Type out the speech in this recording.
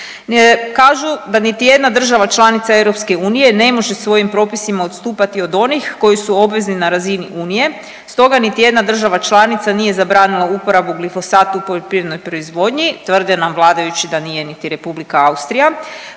Kažu da niti jedna država članica EU ne može svojim propisima odstupati od onih koji su obvezni na razini Unije, stoga niti jedna država članica nije zabranila uporabu glifosata u poljoprivrednoj proizvodnji, tvrde nam vladajući da nije niti R. Austrija,